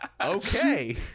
Okay